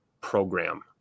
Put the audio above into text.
program